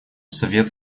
совет